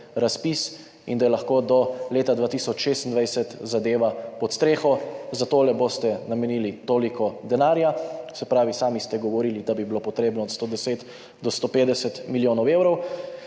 razpis in je lahko do leta 2026 zadeva pod streho, za tole boste namenili toliko denarja. Se pravi, sami ste govorili, da bi bilo potrebno od 110 do 150 milijonov evrov